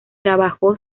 trabajó